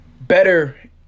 better